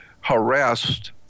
harassed